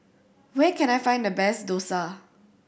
where can I find the best Dosa